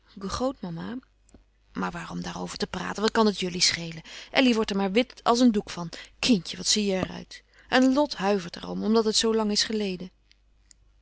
maar waarom daarover te praten wat kan het jullie schelen elly wordt er maar wit als een doek van kindje wat zie je er uit en lot huivert er om omdat het zoo lang is geleden